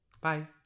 Bye